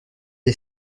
est